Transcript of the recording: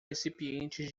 recipientes